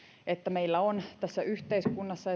että meillä on tässä yhteiskunnassa